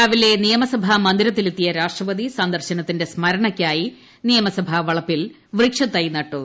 രാവിലെ നിയമസഭാമന്ദിരത്തിലെത്തിയ രാഷ്ട്രപ്പിത്രീ സ്ന്ദർശനത്തിന്റെ സ്മരണയ്ക്കായി നിയസഭാ വളപ്പിൽ പ്യൂക്ഷതൈ നട്ടു